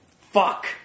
Fuck